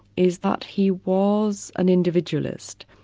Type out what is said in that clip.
is that he was an individualist.